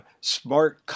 smart